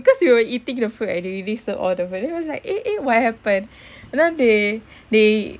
because we were eating the food already serve all the food then was like eh eh what happen you know they they